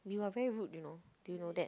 you are very rude you know do you know that